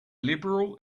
liberal